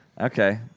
Okay